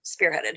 spearheaded